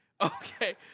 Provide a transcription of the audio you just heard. Okay